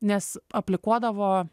nes aplikuodavo